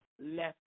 left